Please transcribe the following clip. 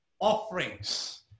offerings